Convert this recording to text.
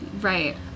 Right